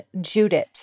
Judith